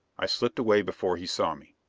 i slipped away before he saw me.